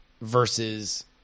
versus